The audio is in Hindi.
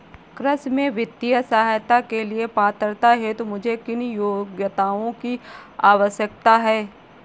कृषि में वित्तीय सहायता के लिए पात्रता हेतु मुझे किन योग्यताओं की आवश्यकता है?